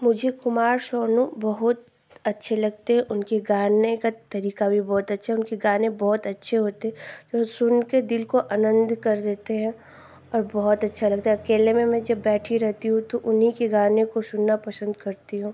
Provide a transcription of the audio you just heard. मुझे कुमार सानू बहुत अच्छे लगते हैं उनके गाने का तरीका भी बहुत अच्छा है उनके गाने बहुत अच्छे होते जो सुनकर दिल को आनन्द कर देते हैं और बहुत अच्छा लगता है अकेले में मैं जब बैठी रहती हूँ तो उन्हीं के गाने को सुनना पसन्द करती हूँ